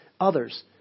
others